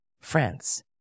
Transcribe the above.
France